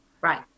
right